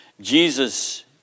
Jesus